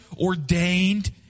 ordained